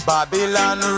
Babylon